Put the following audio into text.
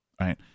Right